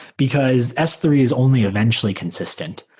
because s three is only eventually consistent.